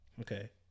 Okay